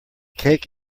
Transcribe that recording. cake